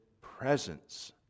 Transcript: presence